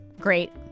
great